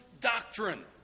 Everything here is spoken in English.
doctrine